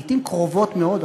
לעתים קרובות מאוד,